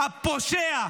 הפושע,